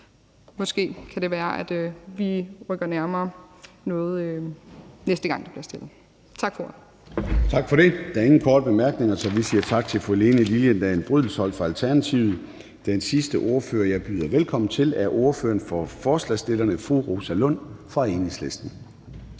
næste gang det bliver fremsat. Tak for ordet. Kl. 15:50 Formanden (Søren Gade): Tak for det. Der er ingen korte bemærkninger, så vi siger tak til fru Helene Liliendahl Brydensholt fra Alternativet. Den sidste ordfører, jeg byder velkommen til, er ordføreren for forslagsstillerne, fru Rosa Lund fra Enhedslisten.